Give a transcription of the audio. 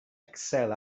excel